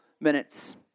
minutes